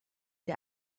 der